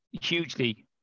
hugely